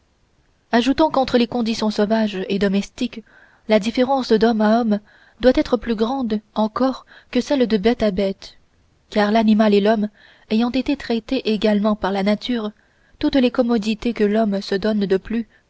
ajoutons qu'entre les conditions sauvage et domestique la différence d'homme à homme doit être plus grande encore que celle de bête à bête car l'animal et l'homme ayant été traités également par la nature toutes les commodités que l'homme se donne de plus